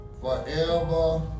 forever